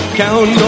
count